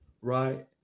right